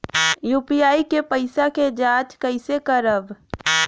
UPI के पैसा क जांच कइसे करब?